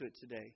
today